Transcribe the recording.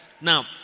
Now